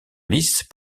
lice